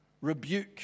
rebuke